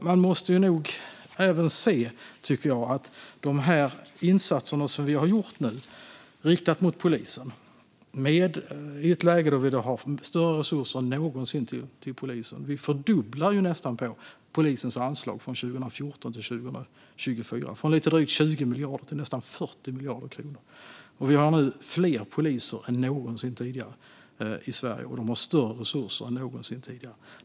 Man måste nog även se, tycker jag, att de här insatserna som vi har gjort och riktat mot polisen dessutom har kommit i ett läge när vi har större resurser än någonsin till polisen. Vi fördubblar ju nästan polisens anslag från 2014 till 2024 från lite drygt 20 miljarder kronor till nästan 40 miljarder. Vi har nu fler poliser än någonsin tidigare i Sverige, och de har större resurser än någonsin tidigare.